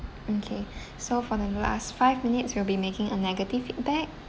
okay so for the last five minutes we'll be making a negative feedback